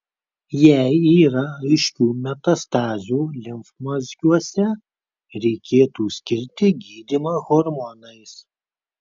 jei yra aiškių metastazių limfmazgiuose reikėtų skirti gydymą hormonais